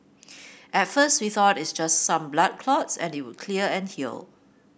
at first we thought it just some blood clots and it would clear and heal